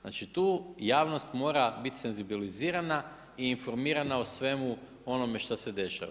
Znači tu javnost mora biti senzibilizirana i informiranja o svemu onome što se dešava.